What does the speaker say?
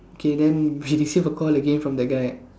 K then we receive a call again from that guy